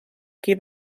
qui